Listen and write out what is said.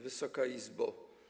Wysoka Izbo!